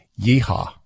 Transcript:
Yeehaw